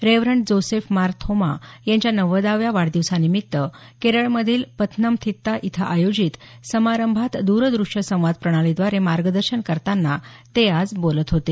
reverend Joseph Mar Thoma यांच्या नव्वदाव्या वाढदिवसानिमित्त केरळमधील पथनमथीत्ता इथं आयोजित समारंभात दरदृष्य संवाद प्रणालीद्वारे मार्गदर्शन करताना ते आज बोलत होते